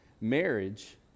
Marriage